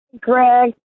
Greg